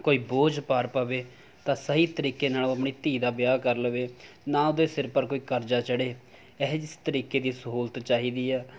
ਕੋਈ ਬੋਝ ਭਾਰ ਪਵੇ ਤਾਂ ਸਹੀ ਤਰੀਕੇ ਨਾਲ ਉਹ ਆਪਣੀ ਧੀ ਦਾ ਵਿਆਹ ਕਰ ਲਵੇ ਨਾ ਉਹਦੇ ਸਿਰ ਪਰ ਕੋਈ ਕਰਜ਼ਾ ਚੜ੍ਹੇ ਇਹ ਜ ਇਸ ਤਰੀਕੇ ਦੀ ਸਹੂਲਤ ਚਾਹੀਦੀ ਆ